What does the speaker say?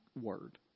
word